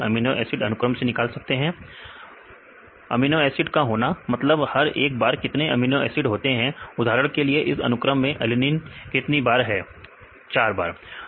amino acid का होना मतलब हर एक बार कितने अमीनो एसिड होते हैं उदाहरण के लिए इस अनुक्रम में एलेनिन कितनी बार है विद्यार्थी 4 चार सही है